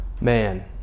Man